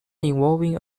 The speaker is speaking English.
involving